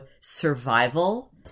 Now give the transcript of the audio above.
survival